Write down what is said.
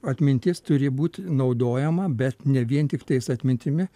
atmintis turi būt naudojama bet ne vien tiktais atmintimi